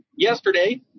Yesterday